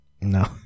No